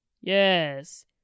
yes